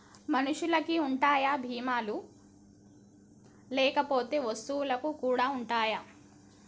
మనుషులకి ఉంటాయా బీమా లు లేకపోతే వస్తువులకు కూడా ఉంటయా?